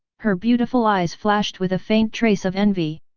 her beautiful eyes flashed with a faint trace of envy.